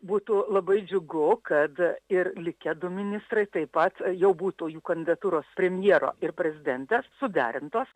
būtų labai džiugu kad ir likę du ministrai taip pat jau būtų jų kandidatūros premjero ir prezidentės suderintos